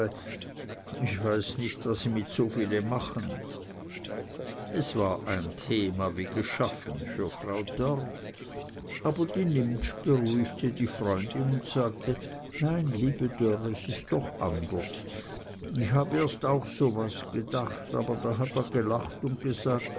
ich weiß nich was sie mit so viele machen es war ein thema wie geschaffen für frau dörr aber die nimptsch beruhigte die freundin und sagte nein liebe dörr es is doch anders ich hab erst auch so was gedacht aber da hat er gelacht und gesagt